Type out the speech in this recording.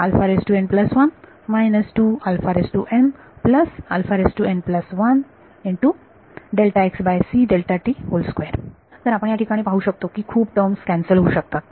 तर आपण या ठिकाणी पाहू शकतो की खूप टर्म या कॅन्सल होऊ शकतात